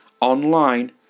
online